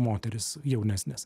moterys jaunesnės